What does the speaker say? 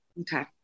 Okay